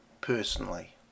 personally